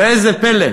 ראה זה פלא,